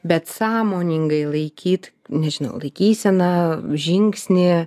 bet sąmoningai laikyt nežinau laikyseną žingsnį